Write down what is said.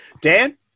Dan